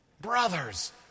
Brothers